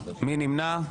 מי נמנע?